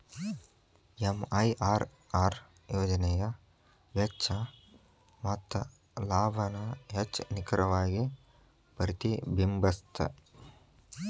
MIRR ಯೋಜನೆಯ ವೆಚ್ಚ ಮತ್ತ ಲಾಭಾನ ಹೆಚ್ಚ್ ನಿಖರವಾಗಿ ಪ್ರತಿಬಿಂಬಸ್ತ